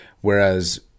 Whereas